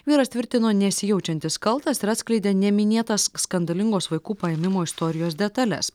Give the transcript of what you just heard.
vyras tvirtino nesijaučiantis kaltas ir atskleidė neminėtas skandalingos vaikų paėmimo istorijos detales